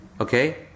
okay